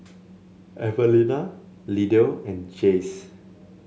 Evelina Lydell and Jace